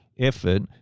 effort